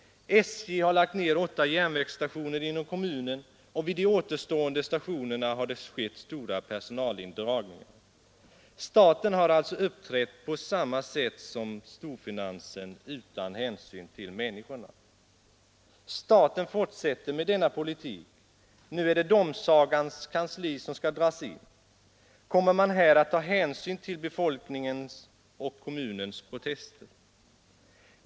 SJ har lagt ned åtta järnvägsstationer inom kommunen, och vid de återstående stationerna har det skett stora personalindragningar. Staten har alltså uppträtt på samma sätt som storfinansen utan hänsyn till människorna. Staten fortsätter med denna politik. Nu är det domsagans kansli som skall dras in. Kommer man här att ta hänsyn till befolkningens och kommunens protester?